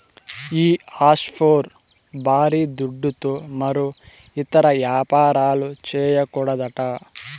ఈ ఆఫ్షోర్ బారీ దుడ్డుతో మరో ఇతర యాపారాలు, చేయకూడదట